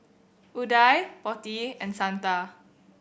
Udai Potti and Santha